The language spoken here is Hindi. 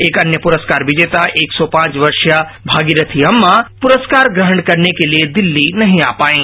एक अन्य पुरस्कार विजेता एक सौ पांच वर्षीया भागीखी अम्मा पुरस्कार ग्रहण करने के लिए दिल्ली नहीं आ पायीं